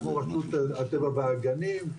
כמו רשות הטבע והגנים,